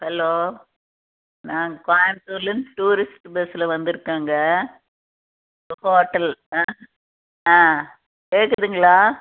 hello நான் கோயம்த்தூர்லேருந்து tourist பஸ்ஸில் வந்திருக்கேங்க ஹோட்டல் ஆ ஆ கேட்குதுங்களா